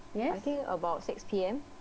yes